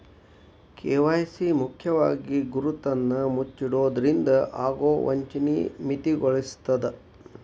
KYC ಮುಖ್ಯವಾಗಿ ಗುರುತನ್ನ ಮುಚ್ಚಿಡೊದ್ರಿಂದ ಆಗೊ ವಂಚನಿ ಮಿತಿಗೊಳಿಸ್ತದ